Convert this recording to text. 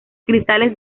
cristales